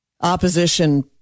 opposition